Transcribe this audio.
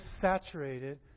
saturated